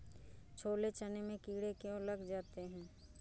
छोले चने में कीड़े क्यो लग जाते हैं?